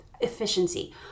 efficiency